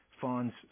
funds